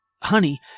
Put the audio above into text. Honey